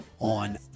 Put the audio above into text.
on